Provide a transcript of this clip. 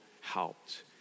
helped